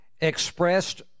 expressed